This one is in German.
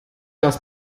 dass